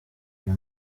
uyu